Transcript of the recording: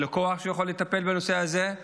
אין לו כוח שיכול לטפל בנושא הזה.